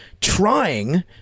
trying